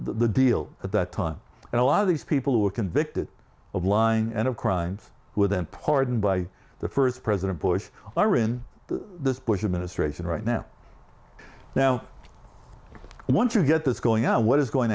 the deal at that time and a lot of these people who were convicted of lying and of crimes with them pardoned by the first president bush are in the bush administration right now now once you get this going on what is going